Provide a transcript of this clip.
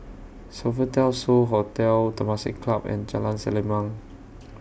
Sofitel So Hotel Temasek Club and Jalan Selimang